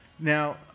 Now